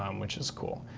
um which is cool.